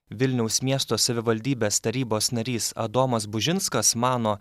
vilniaus miesto savivaldybės tarybos narys adomas bužinskas mano